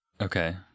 Okay